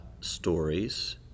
stories